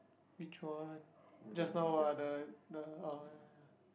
which one just now ah the the ah ya ya ya